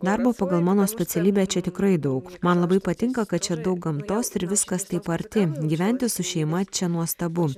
darbo pagal mano specialybę čia tikrai daug man labai patinka kad čia daug gamtos ir viskas taip arti gyventi su šeima čia nuostabu